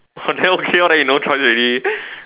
oh then okay lor then you no choice already